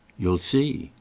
you'll see.